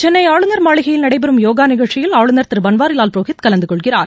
சென்னை ஆளுநர் மாளிகையில் நடைபெறும் யோகா நிகழ்ச்சியில் ஆளுநர் திரு பன்வாரிலால் புரோஹித் கலந்து கொள்கிறார்